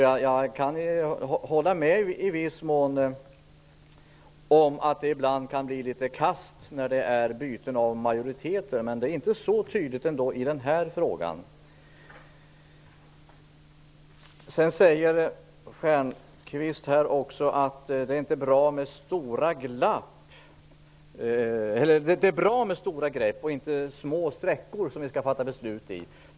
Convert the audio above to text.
Jag kan i viss mån hålla med om att det ibland kan bli tvära kast när majoriteten byts ut, men det är ändå inte så tydligt i den här frågan. Stjernkvist säger att det är bra att ta stora grepp och att vi inte skall fatta beslut i små sträckor.